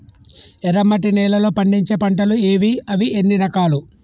ఎర్రమట్టి నేలలో పండించే పంటలు ఏవి? అవి ఎన్ని రకాలు?